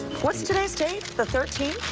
what's today's date, the thirteenth?